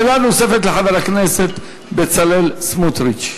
שאלה נוספת לחבר הכנסת בצלאל סמוטריץ.